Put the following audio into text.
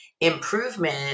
Improvement